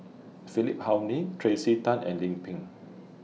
Philip Hoalim Tracey Tan and Lim Pin